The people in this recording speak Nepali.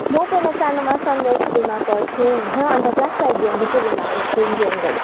म पहिला सानोमा सनराइज सकुलमा पढ्थेँ होइन अन्त क्लास फाइभदेखि चाहिँ वृन्दावन स्कुल जोइन गरेँ